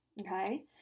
Okay